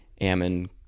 Ammon